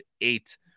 eight